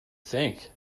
think